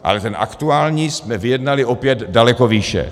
Ale ten aktuální jsme vyjednali opět daleko výše.